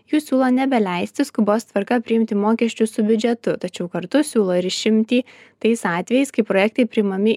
jų siūlo nebeleisti skubos tvarka priimti mokesčių su biudžetu tačiau kartu siūlo ir išimtį tais atvejais kai projektai priimami